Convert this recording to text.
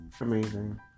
amazing